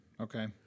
Okay